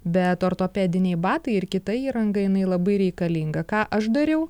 bet ortopediniai batai ir kita įranga jinai labai reikalinga ką aš dariau